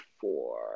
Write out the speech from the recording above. four